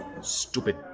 stupid